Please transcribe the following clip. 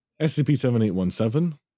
SCP-7817